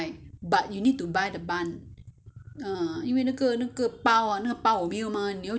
mm 因为那那个包 ah 那个包我没有吗个你要去那个超级市场买那个包